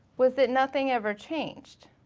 was that nothing ever changed.